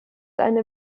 eine